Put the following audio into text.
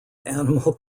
animal